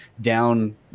down